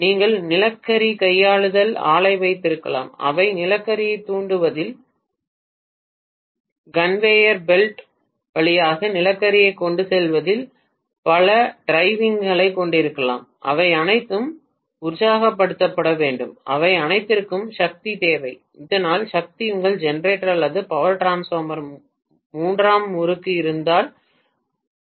நீங்கள் நிலக்கரி கையாளுதல் ஆலை வைத்திருக்கலாம் அவை நிலக்கரியைத் தூண்டுவதில் கன்வேயர் பெல்ட் வழியாக நிலக்கரியைக் கொண்டு செல்வதில் பல டிரைவ்களைக் கொண்டிருக்கலாம் அவை அனைத்தும் உற்சாகப்படுத்தப்பட வேண்டும் அவை அனைத்திற்கும் சக்தி தேவை இதனால் சக்தி உங்கள் ஜெனரேட்டர் அல்லது பவர் டிரான்ஸ்பார்மரின் மூன்றாம் முறுக்கு இருந்து வாருங்கள்